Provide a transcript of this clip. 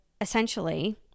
essentially